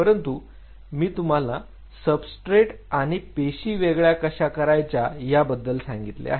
परंतु मी तुम्हाला सबस्ट्रेट आणि पेशी वेगळ्या कशा करायच्या याबद्दल सांगितले आहे